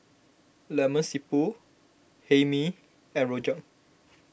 Lemak Siput Hae Mee and Rojak